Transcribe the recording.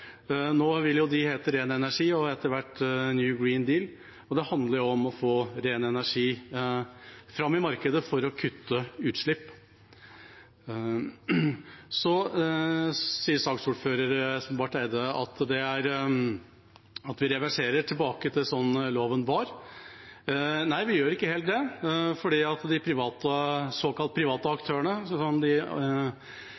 Nå vil det jo hete Ren energi, og etter hvert New Green Deal, og det handler om å få ren energi fram til markedet for å kutte utslipp. Så sier saksordfører Espen Barth Eide at vi reverserer tilbake til sånn loven var. Nei, vi gjør ikke helt det, for de såkalte private aktørene, som de fylkeskommunale selskapene som bl.a. søkte om NorthConnect, har fått en initiativrett. Private